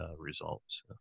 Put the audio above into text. results